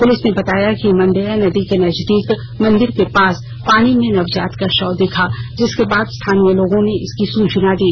police ने बेताया कि मंदेया नदी को नजदीक मंदिर के पास पानी में नवजात का शव दिखा जिसके बाद स्थानीय लोगों ने इसकी सूचना दी